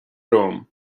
romham